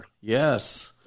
Yes